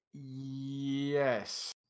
yes